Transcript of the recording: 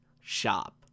shop